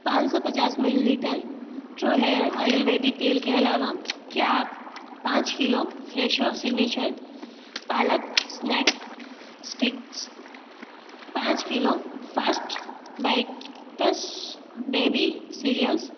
पाँच सौ पचास मिलीलीटर ट्रू हेयर आयुर्वेदिक तेल के अलावा क्या आप पाँच kilo Fresho Signature palak snack sticks पाँच kilo First Bites baby serials